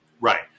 Right